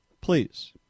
please